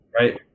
right